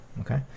okay